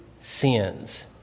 sins